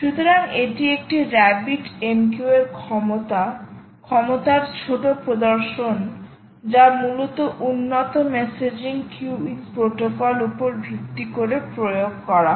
সুতরাং এটি একটি রাবিট MQ এর ক্ষমতার ছোট প্রদর্শনযা মূলত উন্নত মেসেজিং কুইউং প্রোটোকল উপর ভিত্তি করে প্রয়োগ করা হয়